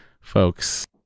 folks